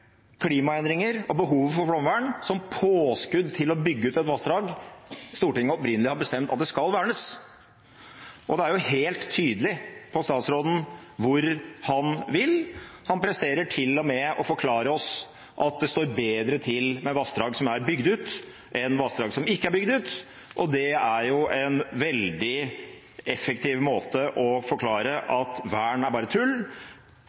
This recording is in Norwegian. klimaendringer og behovet for flomvern som påskudd til å bygge ut et vassdrag Stortinget opprinnelig har bestemt skal vernes? Og det er helt tydelig på statsråden hvor han vil. Han presterer til og med å forklare oss at det står bedre til med vassdrag som er bygd ut, enn vassdrag som ikke er bygd ut, og det er jo en veldig effektiv måte for å forklare at vern er bare tull,